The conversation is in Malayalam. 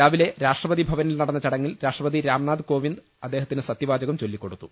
രാവിലെ രാഷ്ട്രപതി ഭവനിൽ നടന്ന ചട ങ്ങിൽ രാഷ്ട്രപതി രാംനാഥ് കോവിന്ദ് അദ്ദേഹത്തിന് സത്യവാചകം ചൊല്ലിക്കൊടുത്തു